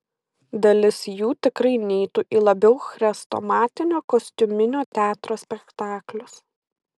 dalis jų tikrai neitų į labiau chrestomatinio kostiuminio teatro spektaklius